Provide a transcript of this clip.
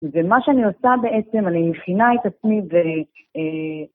ומה שאני עושה בעצם, אני מבינה את עצמי ו...